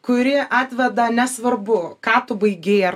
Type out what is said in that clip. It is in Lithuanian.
kuri atveda nesvarbu ką tu baigei ar